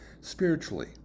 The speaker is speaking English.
spiritually